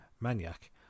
Maniac